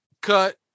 cut